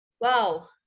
Wow